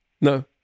no